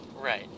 Right